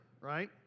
right